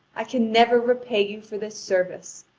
i can never repay you for this service.